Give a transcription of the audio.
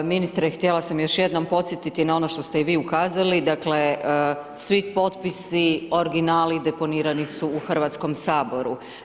Ministre, htjela sam još jednom podsjetiti na ono što ste i vi ukazali, dakle svi potpisi, originali deponirani su u Hrvatskom saboru.